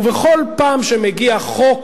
ובכל פעם שמגיע חוק